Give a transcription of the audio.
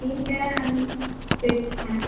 ठीक है हम देखते हैं